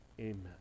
Amen